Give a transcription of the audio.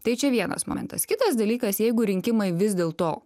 tai čia vienas momentas kitas dalykas jeigu rinkimai vis dėl to